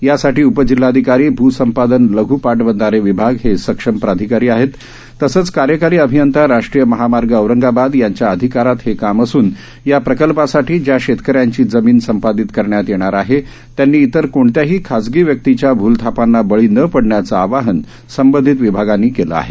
यासाठी उपजिल्हाधिकारी भूसंपादन लघू पाटबंधारे विभाग हे सक्षम प्राधिकारी आहेत तसंच कार्यकारी अभियंता राष्ट्रीय महामार्ग औरंगाबाद यांच्या अधिकारात हे काम असून या प्रकल्पासाठी ज्या शेतकऱ्यांची जमीन संपादीत करण्यात येणार आहे त्यांनी इतर कोणत्याही खासगी व्यक्तीच्या भूलथापाला बळी न पडण्याचं आवाहन संबंधित विभागानी केलं आहे